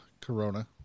Corona